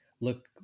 look